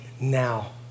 now